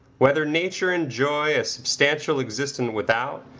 whether nature enjoy a substantial existence without,